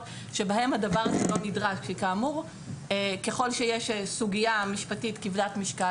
בהם הדבר לא נדרש כי כאמור ככל שיש סוגייה משפטית כבדת משפט,